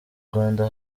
rwanda